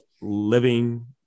living